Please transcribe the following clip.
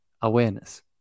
awareness